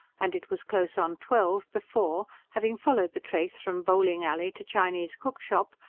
and it was close on twelve before, having followed the trace from bowling-alley to chinese cook-shop,